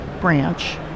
branch